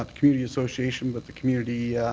ah community association but the community